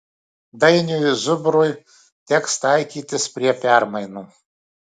dainiui zubrui teks taikytis prie permainų